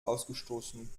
ausgestoßen